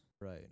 Right